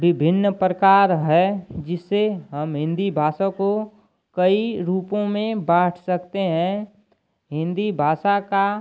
विभिन्न प्रकार है जिससे हम हिन्दी भाषा को कई रूपों में बाँट सकते हैं हिन्दी भाषा का